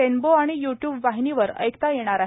rainbow आणि YouTube वाहिनीवर ऐकता येणार आहे